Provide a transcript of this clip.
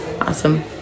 Awesome